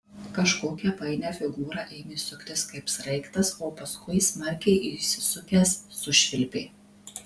kažkokią painią figūrą ėmė suktis kaip sraigtas o paskui smarkiai įsisukęs sušvilpė